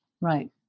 right